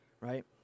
right